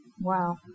Wow